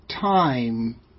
time